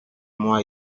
moi